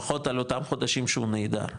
לפחות על אותם חודשים שהוא נעדר,